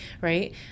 right